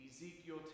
Ezekiel